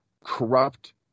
corrupt